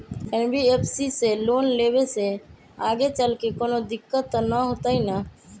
NBFC से loan लेबे से आगेचलके कौनो दिक्कत त न होतई न?